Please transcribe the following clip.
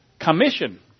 commission